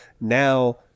Now